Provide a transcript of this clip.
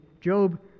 Job